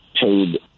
paid